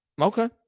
okay